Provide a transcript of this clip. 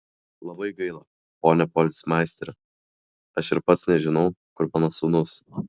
labai gaila pone policmeisteri aš ir pats nežinau kur mano sūnus